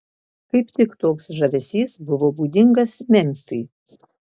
kaip tik toks žavesys buvo būdingas memfiui